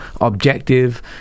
objective